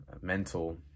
mental